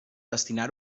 destinar